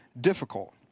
difficult